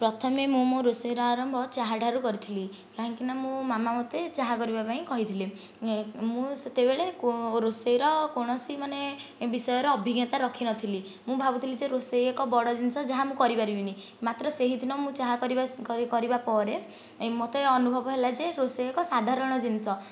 ପ୍ରଥମେ ମୁଁ ମୋ ରୋଷେଇର ଆରମ୍ଭ ଚାହା ଠାରୁ କରିଥିଲି କାହିଁକି ନା ମୋ ମାମା ମୋତେ ଚାହା କରିବା ପାଇଁ କହିଥିଲେ ମୁଁ ସେତେବେଳେ ରୋଷେଇର କୌଣସି ବିଷୟର ଅଭିଜ୍ଞତା ରଖିନଥିଲି ମୁଁ ଭାବୁଥିଲି ଯେ ରୋଷେଇ ଏକ ବଡ଼ ଜିନିଷ ଯାହା ମୁଁ କରିପାରିବିନି ମାତ୍ର ସେହିଦିନ ମୁଁ ଚାହା କରିବା ପରେ ମୋତେ ଅନୁଭବ ହେଲା ଯେ ରୋଷେଇ ଏକ ସାଧାରଣ ଜିନିଷ